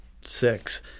six